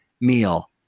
meal